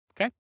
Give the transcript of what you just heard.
Okay